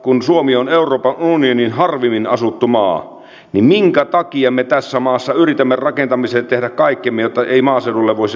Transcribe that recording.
kun suomi on euroopan unionin harvimmin asuttu maa niin minkä takia me tässä maassa yritämme tehdä kaikkemme jotta ei maaseudulle voisi rakentaa